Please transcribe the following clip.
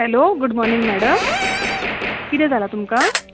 hello good morning madam किदें जालां तुमकां